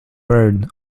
bird